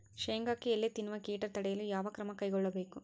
ಶೇಂಗಾಕ್ಕೆ ಎಲೆ ತಿನ್ನುವ ಕೇಟ ತಡೆಯಲು ಯಾವ ಕ್ರಮ ಕೈಗೊಳ್ಳಬೇಕು?